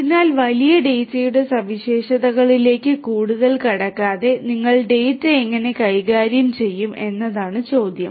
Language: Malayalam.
അതിനാൽ വലിയ ഡാറ്റയുടെ സവിശേഷതകളിലേക്ക് കൂടുതൽ കടക്കാതെ നിങ്ങൾ ഡാറ്റ എങ്ങനെ കൈകാര്യം ചെയ്യും എന്നതാണ് ചോദ്യം